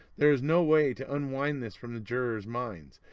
there is no way to unwind this from the jurors' minds.